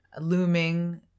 looming